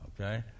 Okay